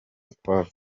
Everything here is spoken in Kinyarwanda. ukwabo